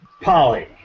Polly